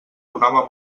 donava